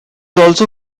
also